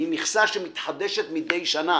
היא מכסה שמתחדשת מדי שנה.